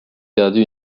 perdu